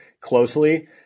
closely